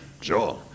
Sure